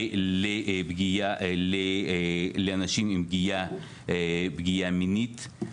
לנשים עם פגיעה מינית,